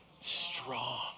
strong